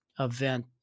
event